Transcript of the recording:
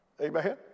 Amen